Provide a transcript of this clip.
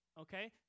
Okay